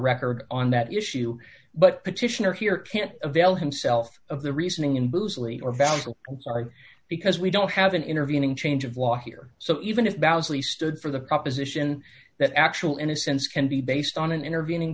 record on that issue but petitioner here can't avail himself of the reasoning in bruce lee or valuable are because we don't have an intervening change of law here so even if he stood for the proposition that actual innocence can be based on an intervening